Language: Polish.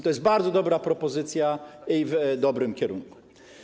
To jest bardzo dobra propozycja, idąca w dobrym kierunku.